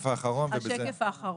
(שקף: מסקנות).